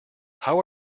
how